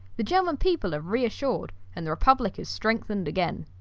the german people are reassured and the republic is strengthened again.